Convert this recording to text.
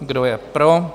Kdo je pro?